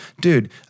dude